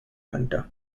hunter